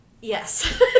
Yes